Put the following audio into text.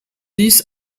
dix